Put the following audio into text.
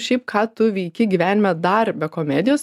šiaip ką tu veiki gyvenime dar be komedijos